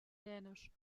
dänisch